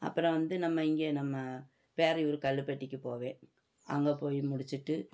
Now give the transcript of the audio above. அப்புறம் வந்து நம்ம இங்கே நம்ம பேரையூர் கல்லுப்பட்டிக்கு போவேன் அங்கே போய் முடிச்சுட்டு